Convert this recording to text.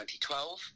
2012